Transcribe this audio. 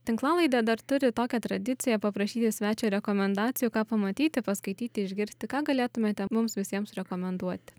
tinklalaidė dar turi tokią tradiciją paprašyti svečią rekomendacijų ką pamatyti paskaityti išgirsti ką galėtumėte mums visiems rekomenduoti